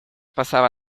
pasaba